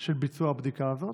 של ביצוע הבדיקה הזאת?